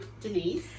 Denise